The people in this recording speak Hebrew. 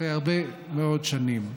אחרי הרבה מאוד שנים.